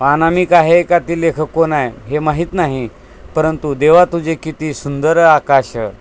अनामिक आहे का ती लेखक कोण आहे हे माहीत नाही परंतु देवा तुझे किती सुंदर आकाश